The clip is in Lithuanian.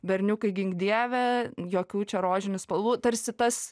berniukai gink dieve jokių čia rožinių spalvų tarsi tas